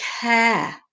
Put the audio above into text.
care